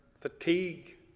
fatigue